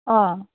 অঁ